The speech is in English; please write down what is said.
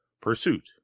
PURSUIT